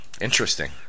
interesting